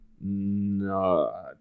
No